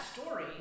story